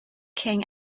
king